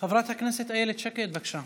חברת הכנסת איילת שקד, בבקשה.